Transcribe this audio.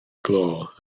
glo